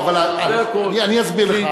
אני אסביר לך.